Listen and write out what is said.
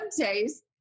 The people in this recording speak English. taste